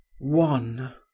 One